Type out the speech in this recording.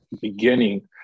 beginning